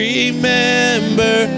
Remember